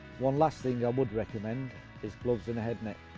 one last thing i would recommend is gloves and a headnet.